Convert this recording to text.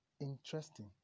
interesting